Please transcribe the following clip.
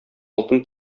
алтын